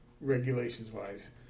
regulations-wise